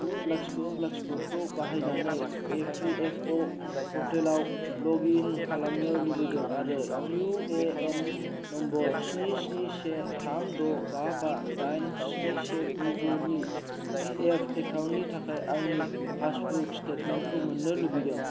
गु लाथिख' लाथिख' खौ बाहायनानै इ पि एफ अ पर्टेलाव लग इन खालामनो लुबैदों आरो इउ ए एन नम्बर स्नि स्नि से थाम द' बा बा दाइन स्नि से गु गु नि पी एफ एकाउन्टनि थाखाय आंनि पासबुक स्टेटमेन्टखौ मोन्नो लुबैदों